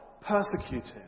persecuted